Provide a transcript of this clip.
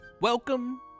Welcome